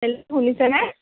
hello শুনিছে নে